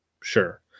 Sure